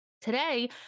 Today